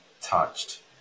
touched